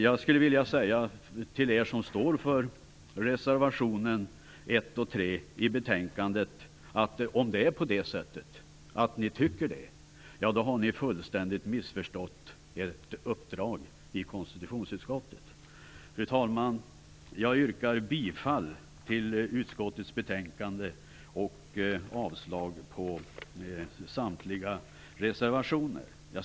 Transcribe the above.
Tycker ni inte det, ni som står för reservationerna 1 och 3 i betänkandet, skulle jag vilja säga att ni har missförstått uppdraget i konstitutionsutskottet fullständigt. Fru talman! Jag yrkar bifall till utskottets betänkande och avslag till samtliga reservationer.